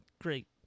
great